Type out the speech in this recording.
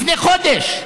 לפני חודש.